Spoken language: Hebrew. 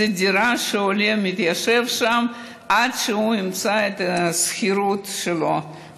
זו דירה שעולה מתיישב בה עד שהוא ימצא את השכירות שלו,